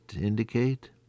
indicate